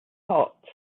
hot